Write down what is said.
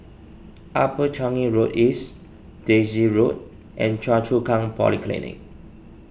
Upper Changi Road East Daisy Road and Choa Chu Kang Polyclinic